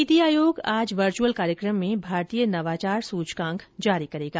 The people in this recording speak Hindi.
नीति आयोग आज वर्च्यअल कार्यक्रम में भारतीय नवाचार सूचकांक जारी करेगा